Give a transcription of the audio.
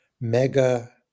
mega